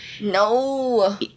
No